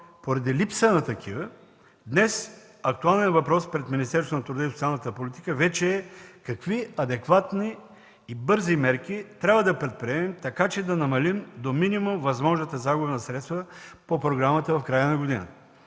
поради липса на такива, днес актуалният въпрос пред Министерството на труда и социалната политика вече е: какви адекватни и бързи мерки трябва да предприемем, така че да намалим до минимум възможната загуба на средства по програмата в края на годината?